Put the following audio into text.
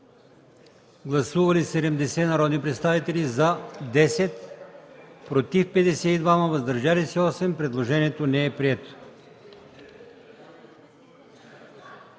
Гласували 94 народни представители: за 86, против 7, въздържал се 1. Предложението е прието.